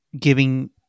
giving